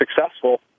successful